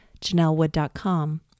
janellewood.com